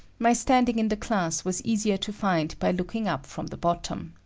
my standing in the class was easier to find by looking up from the bottom.